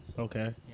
Okay